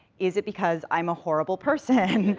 is it because i'm a horrible person?